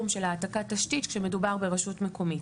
של העתקת תשתית כשמדובר ברשות מקומית.